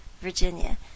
Virginia